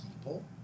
people